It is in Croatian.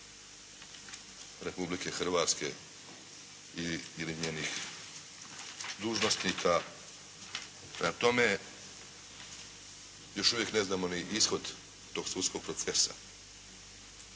Republike Hrvatske ili njenih dužnosnika. Prema tome, još uvijek ne znamo ni ishod tog sudskog procesa.